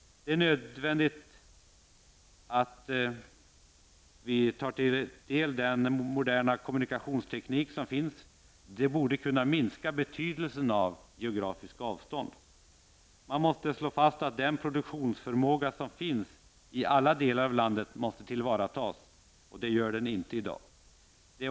Det är nu nödvändigt att vi utnyttjar den moderna kommunikationstekniken för att minska betydelsen av geografiska avstånd. Man måste slå fast att den produktionsförmåga som finns i alla delar av landet skall tillvaratas. Det sker inte i dag.